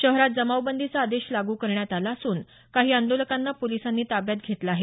शहरात जमावबंदीचा आदेश लागू करण्यात आला असून काही आंदोलकांना पोलिसांनी ताब्यात घेतलं आहे